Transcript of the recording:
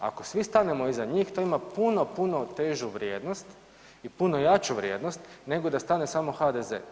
Ako svi stanemo iza njih to ima puno, puno težu vrijednost i puno jaču vrijednost, nego da stane samo HDZ-e.